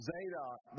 Zadok